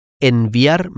Enviar